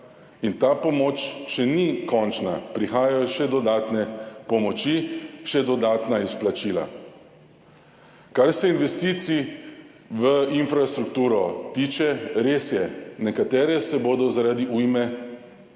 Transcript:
In ta pomoč še ni končna, prihajajo še dodatne pomoči, še dodatna izplačila. Kar se investicij v infrastrukturo tiče, res je, nekatere se bodo zaradi ujme